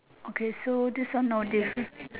okay so this one no diff